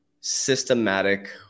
systematic